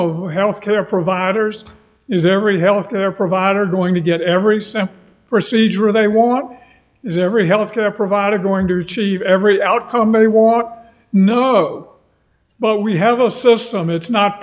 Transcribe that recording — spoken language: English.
of healthcare providers is there a health care provider going to get every cent procedure they want is every health care provider going to achieve every outcome a walk no but we have also some it's not